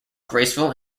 graceful